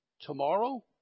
tomorrow